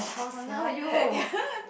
!walao! you